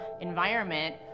environment